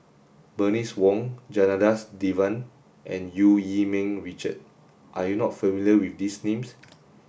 Bernice Wong Janadas Devan and Eu Yee Ming Richard are you not familiar with these names